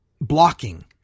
blocking